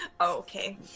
Okay